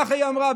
כך היא אמרה,